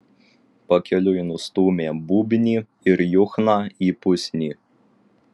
pakeliui nustūmė būbnį ir juchną į pusnį